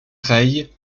ray